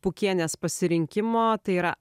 pūkienės pasirinkimo tai yra